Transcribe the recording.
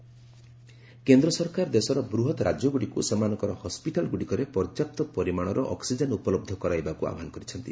gov oxygen କେନ୍ଦ୍ର ସରକାର ଦେଶର ବୃହତ୍ ରାଜ୍ୟଗୁଡ଼ିକୁ ସେମାନଙ୍କର ହସ୍କିଟାଲ୍ଗ୍ରଡ଼ିକରେ ପର୍ଯ୍ୟାପ୍ତ ପରିମାଣର ଅକ୍ରିଜେନ୍ ଉପଲହ୍ଧ କରାଇବାକୃ ଆହ୍ୱାନ କରିଛନ୍ତି